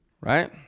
right